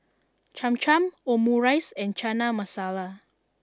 Cham Cham Omurice and Chana Masala